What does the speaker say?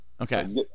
Okay